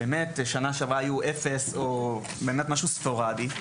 שבאמת שנה שעברה היו אפס או באמת משהו ספורדי.